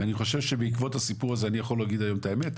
ואני חושב שבעקבות הסיפור הזה אני יכול להגיד היום את האמת,